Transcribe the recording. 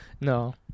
No